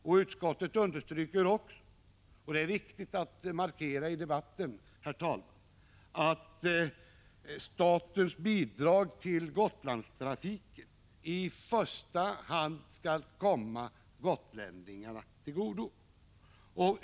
Utskottsmajoriteten understryker också — och detta är viktigt, herr talman, att markera i debatten — att statens bidrag till Gotlandstrafiken i första hand skall komma gotlänningarna till godo.